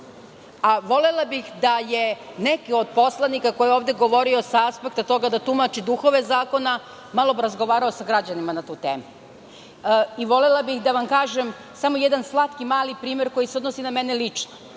Volela bih da je neki od poslanika, koji je ovde govorio sa aspekta toga da tumači duhove zakona, malo razgovarao sa građanima na tu temu. Volela bih da vam kažem samo jedan slatki mali primer koji se odnosi na mene lično.